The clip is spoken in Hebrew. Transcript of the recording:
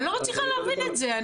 אני לא מצליחה להבין את זה,